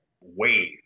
wave